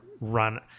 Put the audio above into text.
run